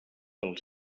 els